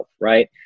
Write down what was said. right